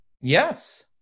Yes